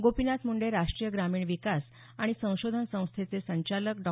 गोपीनाथ मुंडे राष्ट्रीय ग्रामीण विकास आणि संशोधन संस्थेचे संचालक डॉ